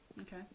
Okay